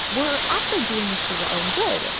we're actually doing this for your own good.